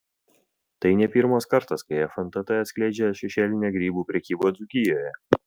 tai ne pirmas kartas kai fntt atskleidžia šešėlinę grybų prekybą dzūkijoje